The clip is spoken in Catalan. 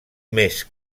més